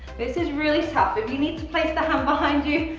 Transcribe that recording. this is really tough. if you need to place that hand behind you,